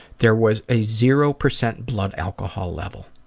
there was a zero percent blood alcohol level.